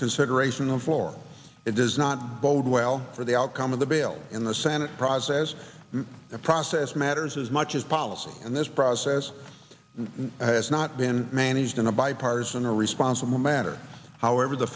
consideration the floor it does not bode well for the outcome of the bail in the senate process the process matters as much as policy and this process has not been managed in a bipartisan or responsible manner however the